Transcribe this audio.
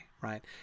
right